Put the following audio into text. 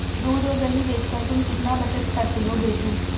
दूध और दही बेचकर तुम कितना बचत करते हो बिरजू?